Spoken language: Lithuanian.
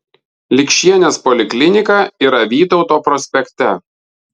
likšienės poliklinika yra vytauto prospekte